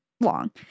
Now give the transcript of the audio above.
long